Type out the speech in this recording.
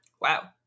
Wow